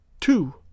two